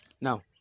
Now